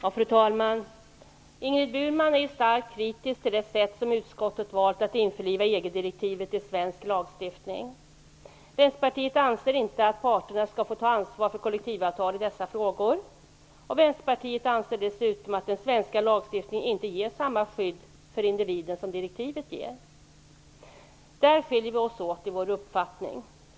Fru talman! Ingrid Burman är starkt kritisk mot det sätt som utskottet valt för att införliva EG direktivet i svensk lagstiftning. Vänsterpartiet anser inte att parterna skall få ta ansvar för kollektivavtal i dessa frågor. Vänsterpartiet anser dessutom inte att den svenska lagstiftningen ger samma skydd för individen som direktivet ger. Där skiljer vi oss åt i vår uppfattning.